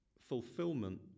Fulfillment